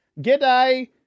g'day